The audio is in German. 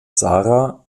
sara